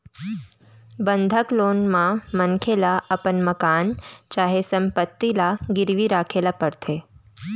बंधक लोन म मनखे ल अपन मकान चाहे संपत्ति ल गिरवी राखे ल परथे